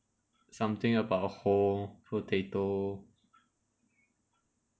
something about whole potato